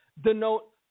denote